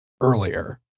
earlier